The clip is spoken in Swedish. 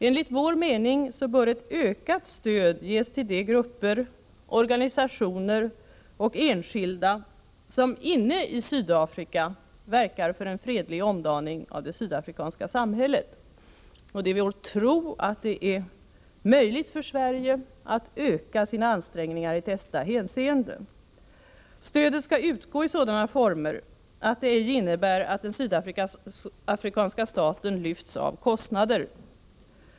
Enligt vår mening bör ett ökat stöd ges till de grupper, organisationer och enskilda som inne i Sydafrika verkar för en fredlig omdaning av det sydafrikanska samhället. Det är vår tro att det är möjligt för Sverige att öka sina ansträngningar i detta hänseende. Stödet skall utgå i sådana former att det ej innebär att den sydafrikanska staten undgår kostnader.